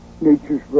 nature's